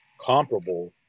comparable